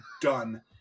done